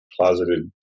closeted